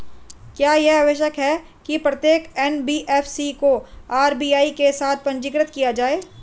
क्या यह आवश्यक है कि प्रत्येक एन.बी.एफ.सी को आर.बी.आई के साथ पंजीकृत किया जाए?